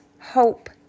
hope